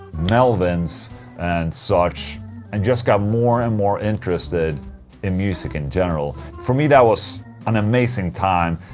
melvins and such and just got more and more interested in music in general for me, that was an amazing time.